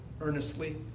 earnestly